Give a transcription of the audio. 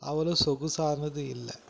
அவ்வளோ சொகுசானது இல்லை